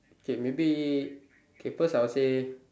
okay maybe okay first I will say